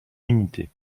unité